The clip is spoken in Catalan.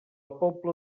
pobla